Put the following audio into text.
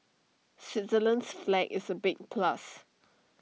Switzerland's flag is A big plus